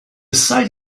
site